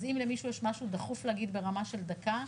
אז אם למישהו יש משהו דחוף להגיד ברמה של דקה,